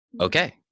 Okay